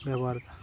ᱵᱮᱵᱚᱦᱟᱨᱫᱟ